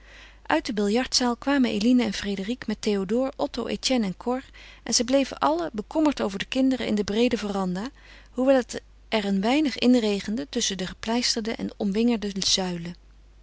uit de biljartzaal kwamen eline en frédérique met théodore otto etienne en cor en zij bleven allen bekommerd over de kinderen in de breede verandah hoewel het er een weinig inregende tusschen de gepleisterde en omwingerde zuilen